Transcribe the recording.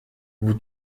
vous